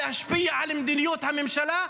להשפיע על מדיניות הממשלה,